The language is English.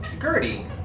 Gertie